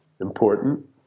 Important